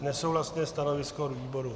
Nesouhlasné stanovisko výboru.